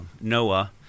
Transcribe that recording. Noah